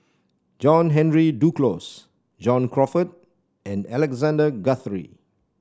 John Henry Duclos John Crawfurd and Alexander Guthrie